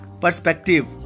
perspective